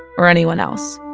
or anyone else.